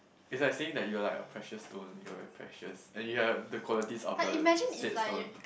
is like saying that you're like a precious stone you are my precious and you have the qualities of the said stone